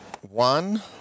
one